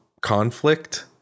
conflict